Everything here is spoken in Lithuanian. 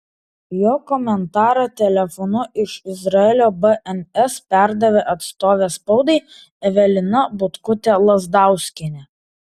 jo komentarą telefonu iš izraelio bns perdavė atstovė spaudai evelina butkutė lazdauskienė